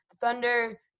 Thunder